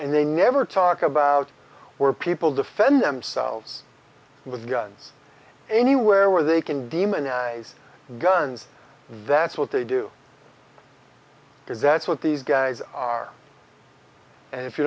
and they never talk about where people defend themselves with guns anywhere where they can demonize guns that's what they do because that's what these guys are and if you